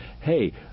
hey